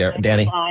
Danny